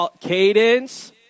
cadence